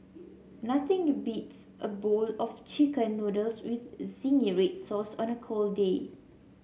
nothing beats a bowl of chicken noodles with zingy red sauce on a cold day